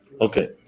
Okay